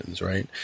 Right